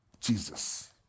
Jesus